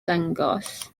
dangos